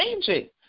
changing